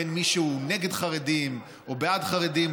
בין מי שהוא נגד חרדים למי שבעד חרדים,